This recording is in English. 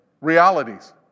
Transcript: realities